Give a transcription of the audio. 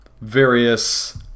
various